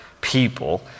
people